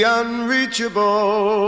unreachable